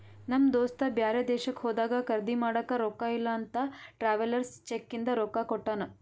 ನಮ್ ದೋಸ್ತ ಬ್ಯಾರೆ ದೇಶಕ್ಕ ಹೋದಾಗ ಖರ್ದಿ ಮಾಡಾಕ ರೊಕ್ಕಾ ಇಲ್ಲ ಅಂತ ಟ್ರಾವೆಲರ್ಸ್ ಚೆಕ್ ಇಂದ ರೊಕ್ಕಾ ಕೊಟ್ಟಾನ